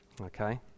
Okay